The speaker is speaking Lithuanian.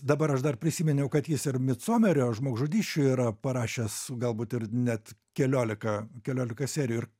dabar aš dar prisiminiau kad jis ir midsomerio žmogžudysčių yra parašęs galbūt ir net keliolika keliolika serijų ir